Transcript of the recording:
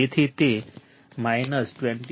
તેથી તે 21